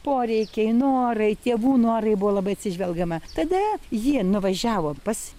poreikiai norai tėvų norai buvo labai atsižvelgiama tada ji nuvažiavo pas